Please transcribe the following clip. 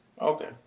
Okay